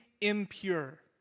impure